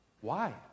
Why